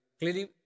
clearly